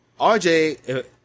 RJ